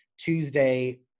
Tuesday